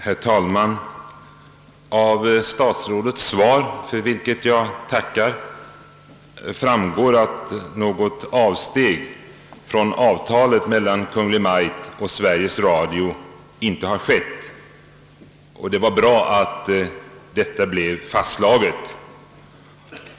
Herr talman! Av statsrådets svar, för vilket jag tackar, framgår att något avsteg från avtalet mellan Kungl. Maj:t och Sveriges Radio inte har skett. Det var bra att detta blev fastslaget.